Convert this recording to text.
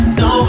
no